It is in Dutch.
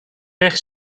pech